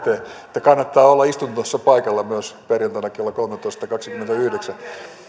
että kannattaa olla istunnossa paikalla myös perjantaina kello kolmetoista kaksikymmentäyhdeksän